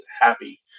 Happy